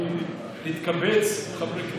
לקבץ חברי כנסת,